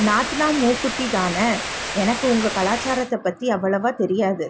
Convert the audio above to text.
நாத்னா மூக்குத்திதானே எனக்கு உங்கள் கலாச்சாரத்தை பற்றி அவ்வளவாக தெரியாது